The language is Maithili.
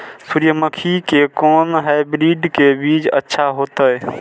सूर्यमुखी के कोन हाइब्रिड के बीज अच्छा होते?